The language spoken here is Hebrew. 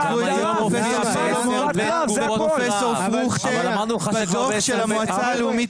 כתבו את זה פרופ' סולומון ופרופ' פרוכטר בדוח של המועצה הלאומית